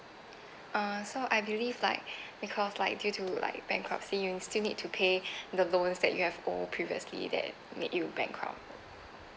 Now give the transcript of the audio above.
uh so I believe like because like due to like bankruptcy you still need to pay the loans that you have owed previously that make you bankrupt